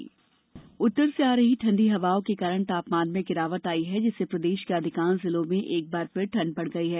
मौसम उत्तर से आ रही ठंडी हवाओं के कारण तापमान में गिरावट आई है जिससे प्रदेश के अधिकांश जिलों में एक फिर ठंड बढ़ गई है